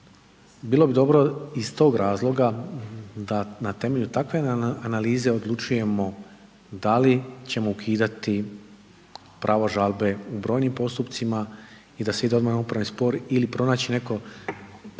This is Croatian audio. Bilo bi dobro iz tog razloga da na temelju takve analize odlučujemo da li ćemo ukidati pravo žalbe u brojnim postupcima i da se ide odmah na upravni spor ili pronaći neko